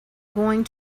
going